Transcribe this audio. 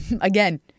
again